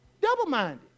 Double-minded